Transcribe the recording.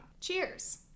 Cheers